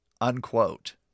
Unquote